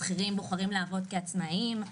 שכירים בוחרים לעבוד כעצמאים.